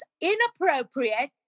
inappropriate